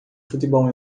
futebol